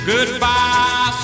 Goodbye